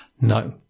no